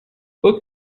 book